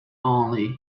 only